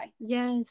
Yes